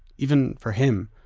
even for him.